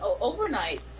overnight